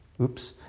Oops